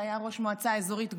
שהיה ראש המועצה האזורית גולן,